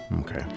Okay